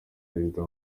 perezida